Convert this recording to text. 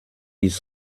ist